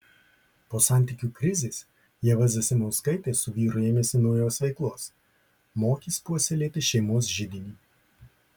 po santykių krizės ieva zasimauskaitė su vyru ėmėsi naujos veiklos mokys puoselėti šeimos židinį